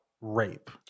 rape